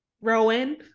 Rowan